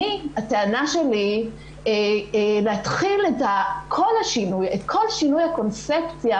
הטענה שלי להתחיל את כל שינוי הקונספציה